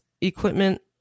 equipment